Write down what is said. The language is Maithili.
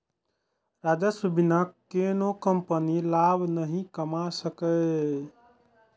राजस्वक बिना कोनो कंपनी लाभ नहि कमा सकैए